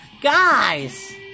guys